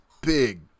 big